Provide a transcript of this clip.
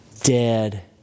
dead